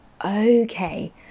okay